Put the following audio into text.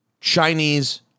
Chinese